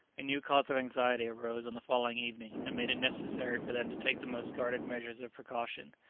a new cause of anxiety arose on the following evening, and made it necessary for them to take the most guarded measures of precaution.